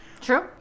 True